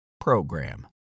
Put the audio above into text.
PROGRAM